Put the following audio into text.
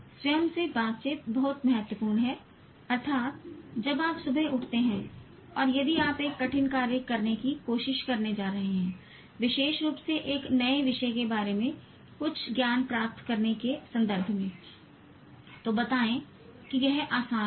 स्वयं से बातचीत बहुत महत्वपूर्ण है अर्थात जब आप सुबह उठते हैं और यदि आप एक कठिन कार्य करने की कोशिश करने जा रहे हैं विशेष रूप से एक नए विषय के बारे में कुछ ज्ञान प्राप्त करने के संदर्भ में तो बताएं कि यह आसान है